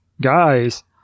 guys